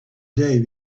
day